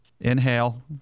Inhale